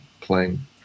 playing